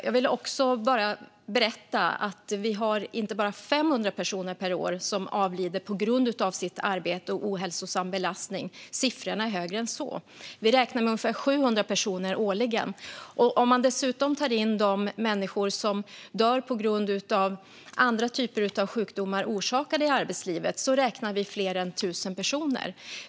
Jag kan berätta att det inte är 500 personer per år som avlider på grund av sitt arbete och ohälsosam belastning. Siffrorna är högre än så. Vi räknar med ungefär 700 personer årligen. Lägger man dessutom till de personer som dör av sjukdomar orsakade av arbetslivet är det fler än 1 000 personer.